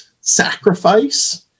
sacrifice